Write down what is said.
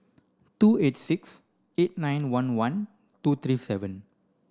two eight six eight nine one one two three seven